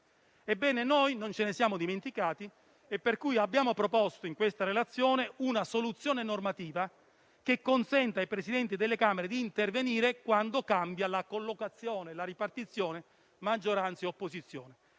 Ebbene, noi non lo abbiamo dimenticato; ragion per cui abbiamo proposto in questa relazione una soluzione normativa che consenta ai Presidenti delle Camere di intervenire quando cambia la ripartizione maggioranza-opposizione